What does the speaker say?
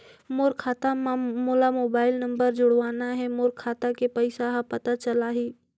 मोर खाता मां मोला मोबाइल नंबर जोड़वाना हे मोर खाता के पइसा ह पता चलाही?